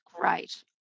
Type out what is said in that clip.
great